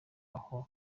aho